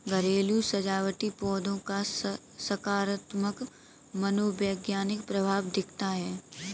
घरेलू सजावटी पौधों का सकारात्मक मनोवैज्ञानिक प्रभाव दिखता है